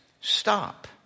stop